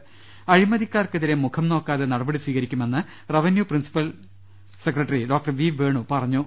രദേഷ്ടെടു അഴിമതിക്കാർക്കെതിരെ മുഖം നോക്കാതെ നടപടി സ്വീകരിക്കുമെന്ന് revenue principal secretary doctor V Venu പറഞ്ഞു